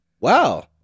Wow